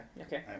Okay